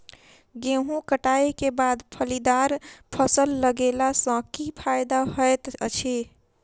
गेंहूँ कटाई केँ बाद फलीदार फसल लगेला सँ की फायदा हएत अछि?